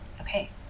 Okay